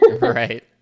Right